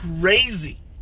crazy